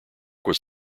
was